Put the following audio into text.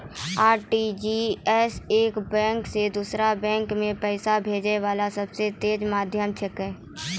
RTGS एक bank से दोसरो बैंक मे पैसा भेजै वाला सबसे तेज माध्यम छिकै